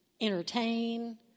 entertain